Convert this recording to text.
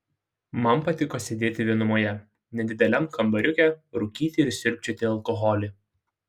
man patiko sėdėti vienumoje nedideliam kambariuke rūkyti ir sriubčioti alkoholį